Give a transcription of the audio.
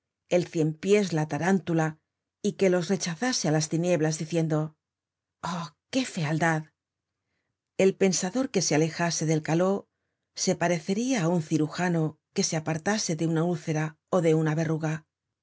el cien pies la tarántula y que los rechazase á las tinieblas diciendo oh qué fealdad el pensador que se alejase del caló se pareceria á un cirujano que se apartase de una úlcera ó de una verruga